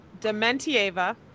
dementieva